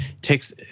takes